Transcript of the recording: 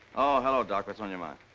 hello, doc, what's on your mind?